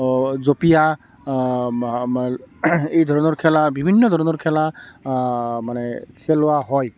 জঁপিয়া আমা আমাৰ এই ধৰণৰ খেলা বিভিন্ন ধৰণৰ খেলা মানে খেলোৱা হয়